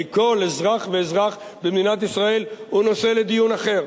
כל אזרח ואזרח במדינת ישראל זה נושא לדיון אחר,